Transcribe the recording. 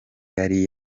yari